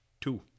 Two